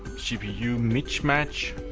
cpu mismatch.